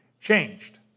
changed